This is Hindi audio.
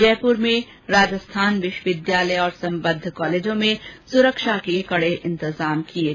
जयपुर में राजस्थान विश्वविद्यालय और सम्बद्ध कॉलेजों में सुरक्षा के कडे इंतजाम किये गये है